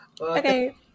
Okay